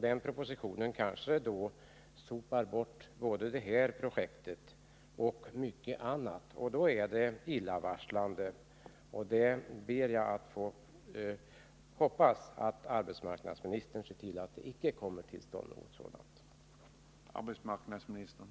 Den propositionen kanske sopar bort både detta projekt och mycket annat, och då är det illavarslande. Jag hoppas att arbetsmarknadsministern ser till att något sådant icke kommer till stånd.